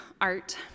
art